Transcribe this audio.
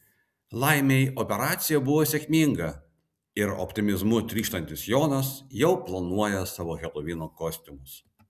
laimei operacija buvo sėkminga ir optimizmu trykštantis jonas jau planuoja savo helovino kostiumus